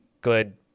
good